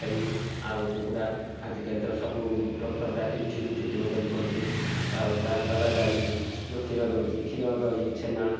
ଛେଳି ଆଉ କୁକୁଡ଼ା ଆଜିକାଲି ତ ସବୁ ଡକ୍ଟର ଡାକିକି ଠିକ୍ ଟ୍ରିଟ୍ମେଣ୍ଟ ବି କରୁଛୁ ଆଉ ତାଦ୍ଵାରା ଗାଈ ଯେଉଁ କ୍ଷୀର ଦେଉଛି କ୍ଷୀର ଦହି ଛେନା